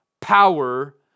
power